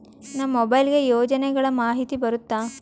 ನಮ್ ಮೊಬೈಲ್ ಗೆ ಯೋಜನೆ ಗಳಮಾಹಿತಿ ಬರುತ್ತ?